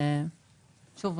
שוב,